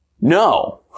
No